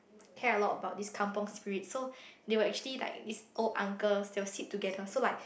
care a lot about this kampung Spirit so they will actually like this old uncles they will sit together so like